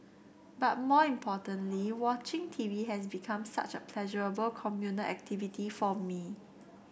but more importantly watching T V has become such a pleasurable communal activity for me